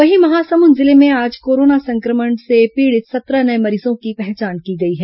वहीं महासमुंद जिले में आज कोरोना संक्रमण से पीड़ित सत्रह नये मरीजों की पहचान की गई है